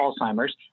Alzheimer's